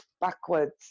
backwards